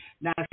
Now